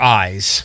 eyes